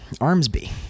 Armsby